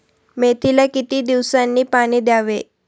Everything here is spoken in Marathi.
मेथीला किती दिवसांनी पाणी द्यावे?